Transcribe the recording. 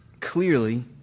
Clearly